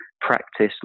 practice